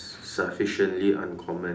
sufficiently uncommon